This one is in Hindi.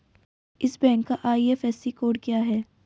इस बैंक का आई.एफ.एस.सी कोड क्या है?